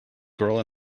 girl